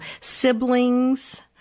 siblings